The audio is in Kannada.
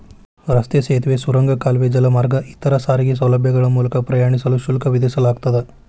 ರಸ್ತೆ ಸೇತುವೆ ಸುರಂಗ ಕಾಲುವೆ ಜಲಮಾರ್ಗ ಇತರ ಸಾರಿಗೆ ಸೌಲಭ್ಯಗಳ ಮೂಲಕ ಪ್ರಯಾಣಿಸಲು ಶುಲ್ಕ ವಿಧಿಸಲಾಗ್ತದ